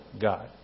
God